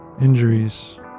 injuries